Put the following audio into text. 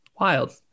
Wild